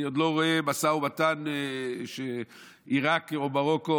אני עוד לא רואה משא ומתן שבעיראק או מרוקו